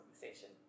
conversation